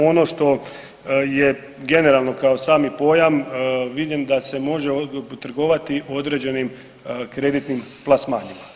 Ono što je generalno kao sami pojam vidim da se može trgovati određenim kreditnim plasmanima.